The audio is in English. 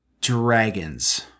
dragons